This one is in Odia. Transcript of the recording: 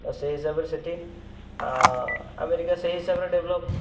ତ ସେହି ହିସାବରେ ସେଠି ଆମେରିକା ସେହି ହିସାବରେ ଡେଭଲପ୍